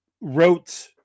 wrote